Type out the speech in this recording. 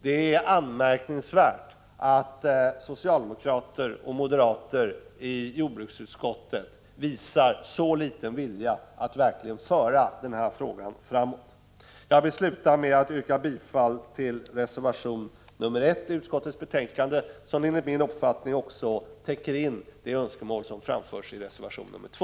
Det är anmärkningsvärt att socialdemokrater och moderater i jordbruksutskottet visar så liten vilja att verkligen föra frågan framåt. Jag vill sluta med att yrka bifall till reservation 1 i utskottets betänkande som enligt min mening också täcker in de önskemål som framförs i reservation 2.